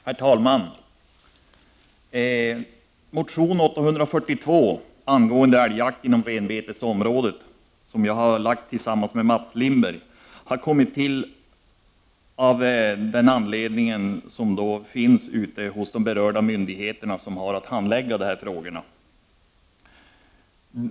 Herr talman! Motion 842, angående älgjakt inom renbetesområden, som jag har väckt tillsammans med Mats Lindberg, har tillkommit av skäl som har att göra med de myndigheter som har att handlägga sådana här frågor.